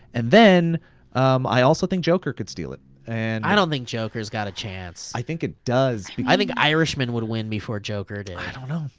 and then um i also think joker could steal it. and i don't think joker's got a chance. i think it does, i think irishman would win before joker did. i don't know.